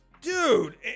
dude